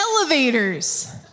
Elevators